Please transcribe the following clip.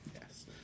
Yes